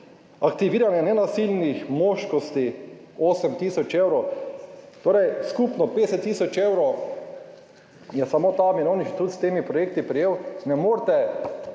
Aktiviranje nenasilnih moškosti 8 tisoč evrov, torej je skupno 50 tisoč evrov samo ta Mirovni inštitut s temi projekti prejel. Ne morete